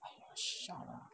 !aiyo! shut up